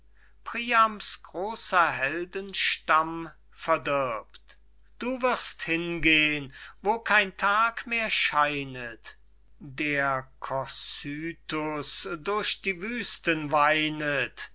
priams groser heldenstamm verdirbt du wirst hingeh'n wo kein tag mehr scheinet der cocytus durch die wüsten weinet